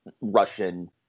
russian